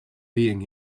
being